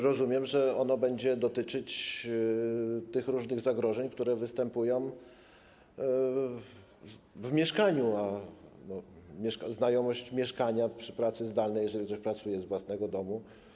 Rozumiem, że ono będzie dotyczyć różnych zagrożeń, które występują w mieszkaniu, a znajomość mieszkania przy pracy zdalnej, jeżeli ktoś pracuje z własnego domu.